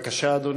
בבקשה, אדוני.